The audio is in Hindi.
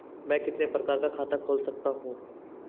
मैं कितने प्रकार का खाता खोल सकता हूँ?